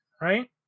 right